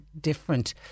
different